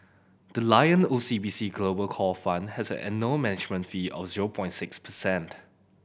the Lion O C B C Global Core Fund has an annual management fee of zero point six percent